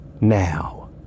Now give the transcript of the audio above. Now